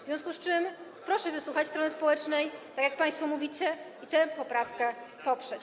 W związku z tym proszę wysłuchać strony społecznej, tak jak państwo mówicie, i tę poprawkę poprzeć.